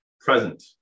present